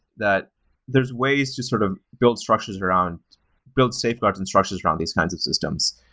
that there's ways to sort of build structures around build safeguard instructions around these kinds of systems,